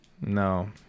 No